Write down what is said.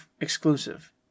exclusive